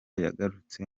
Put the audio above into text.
yagarutse